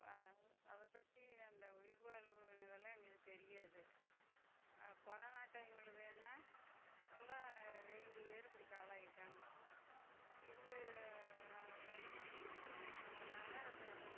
இப்போ அதை பற்றி அந்த உயிர் வாழ்வு இதெல்லாம் எங்களுக்கு தெரியாது கொரோனா டைமில் வேணுனால் நல்லா வேண்டி பேர் இப்படி காலம் ஆகிட்டாங்கோ இப்போ அது என்னமோ அந்த மிஷினு வெச்சதுனால் அதை